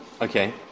Okay